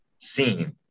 seen